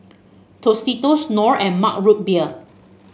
Tostitos Knorr and Mug Root Beer